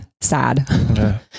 Sad